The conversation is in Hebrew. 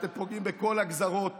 אתם פוגעים בכל הגזרות